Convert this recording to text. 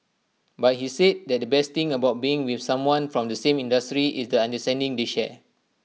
but he said that the best thing about being with someone from the same industry is the understanding they share